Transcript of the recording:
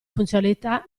funzionalità